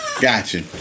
Gotcha